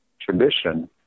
tradition